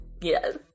Yes